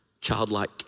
childlike